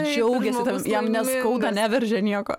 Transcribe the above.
džiaugiasi ten jam neskauda neveržia nieko